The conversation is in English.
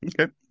Okay